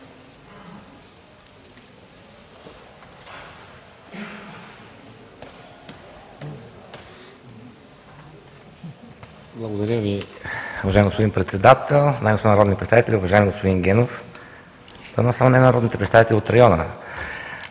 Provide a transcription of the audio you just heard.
Благодаря Ви, уважаеми господин Председател. Уважаеми народни представители! Уважаеми господин Генов, дано не са само народните представители от района